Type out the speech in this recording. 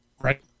right